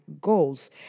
goals